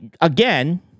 again